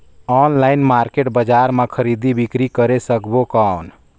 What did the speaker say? Online market बजार मां खरीदी बीकरी करे सकबो कौन?